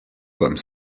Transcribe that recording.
comme